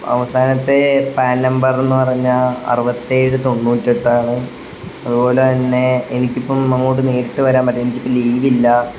അവസാനത്തെ PAN number എന്ന് പറഞ്ഞാൽ അറുപത്തേഴ് തൊണ്ണൂറ്റെട്ടാണ് അതുപോൽ തന്നെ എനിക്കിപ്പം അങ്ങോട്ട് നേരിട്ട് വരാൻ പറ്റില്ല എനിക്കിപ്പം ലീവില്ല